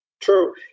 True